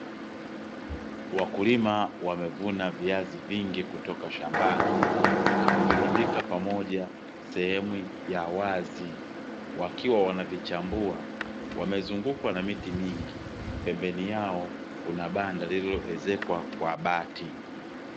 Wakulima wamevuna viazi vingi kutoka shambani na kuvirundika pamoja sehemu ya wazi wakiwa wanavichambua, wamezungukwa na miti mingi pembeni yao kuna banda liloezekwa kwa bati.